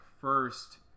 first